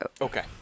Okay